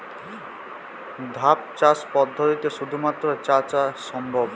ধাপ চাষ পদ্ধতিতে শুধুমাত্র চা চাষ সম্ভব?